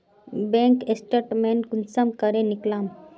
Bank statement कुंसम करे निकलाम?